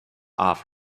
off